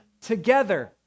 together